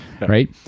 right